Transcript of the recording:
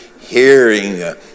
hearing